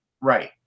Right